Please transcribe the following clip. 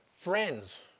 friends